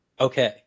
Okay